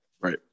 right